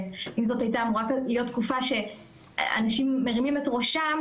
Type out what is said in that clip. שאם זאת הייתה אמורה להיות תקופה שבה אנשים מרימים את ראשם,